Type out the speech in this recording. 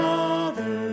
Father